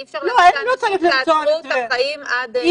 אי אפשר להגיד לאנשים: תעצרו את החיים עד --- לא,